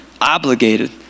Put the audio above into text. obligated